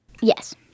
Yes